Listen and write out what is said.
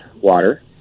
water